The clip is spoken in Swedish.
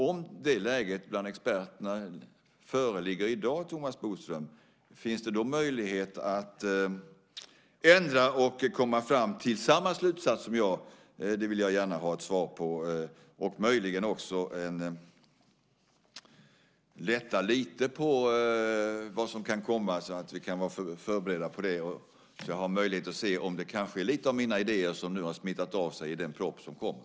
Om det läget föreligger bland experterna i dag, Thomas Bodström, finns det då möjlighet att ändra det här och komma fram till samma slutsats som jag? Det vill jag gärna ha ett svar på. Möjligen kan justitieministern också lätta lite på vad som kan komma, så att vi kan vara förberedda på det och ha möjlighet att se om det kanske är lite av mina idéer som nu har smittat av sig i den propp som kommer.